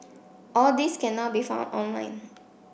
all these can now be found online